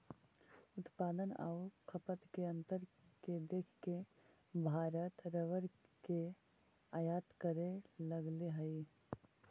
उत्पादन आउ खपत के अंतर के देख के भारत रबर के आयात करे लगले हइ